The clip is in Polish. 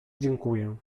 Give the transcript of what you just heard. dziękuję